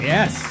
Yes